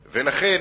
לכן,